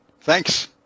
Thanks